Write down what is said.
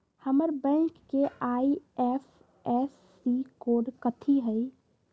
हमर बैंक के IFSC code कथि हई?